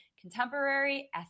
contemporary